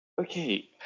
Okay